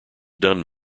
done